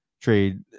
trade